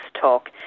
talk